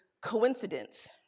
coincidence